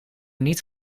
niet